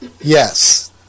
Yes